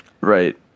Right